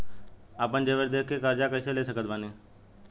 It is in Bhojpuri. आपन जेवर दे के कर्जा कइसे ले सकत बानी?